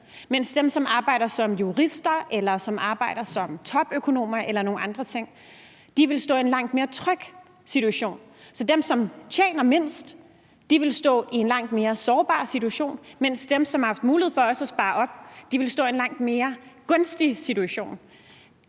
mens dem, som arbejder som jurister, eller som arbejder som topøkonomer eller nogle andre ting, vil stå i en langt mere tryg situation. Så dem, som tjener mindst, vil stå i en langt mere sårbar situation, mens dem, som har haft mulighed for også at spare op, vil stå i en langt mere gunstig situation.